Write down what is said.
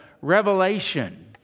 Revelation